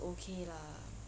okay lah